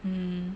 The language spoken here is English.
mm